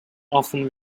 often